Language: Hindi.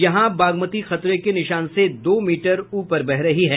यहां बागमती खतरे के निशान से दो मीटर ऊपर बह रही है